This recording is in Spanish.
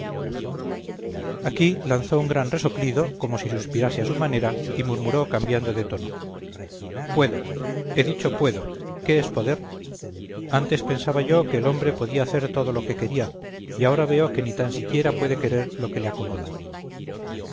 aquí lanzó un gran resoplido como si suspirase a su manera y murmuró cambiando de tono puedo he dicho puedo qué es poder antes pensaba yo que el hombre podía hacer todo lo que quería y ahora veo que ni tan siquiera puede querer lo que le acomoda